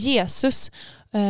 Jesus-